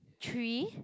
three